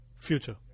future